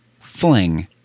Fling